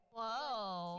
Whoa